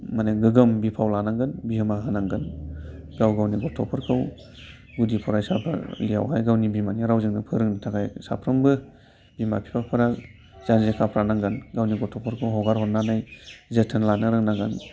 माने गोग्गोम बिफाव लानांगोन बिहोमा होनांगोन गाव गावनि गथ'फोरखौ गुदि फरायसालियावहाय गावनि बिमानि रावजोंनो फोरोंनो थाखाय साफ्रोमबो बिमा बिफाफोरा जान्जि खाफ्रानांगोन गावनि गथ'फोरखौ हगार हरनानै जोथोन लानो रोंनांगोन